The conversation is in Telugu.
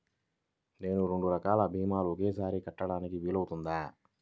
నేను రెండు రకాల భీమాలు ఒకేసారి కట్టడానికి వీలుందా?